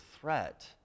threat